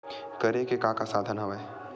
करे के का का साधन हवय?